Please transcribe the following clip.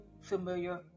familiar